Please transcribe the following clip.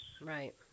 Right